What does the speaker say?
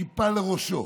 כיפה לראשו,